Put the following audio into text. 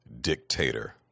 dictator